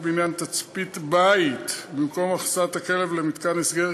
בעניין תצפית בית במקום הכנסת הכלב למתקן הסגר,